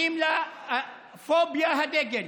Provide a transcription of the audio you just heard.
-- קוראים לה פוביית הדגל,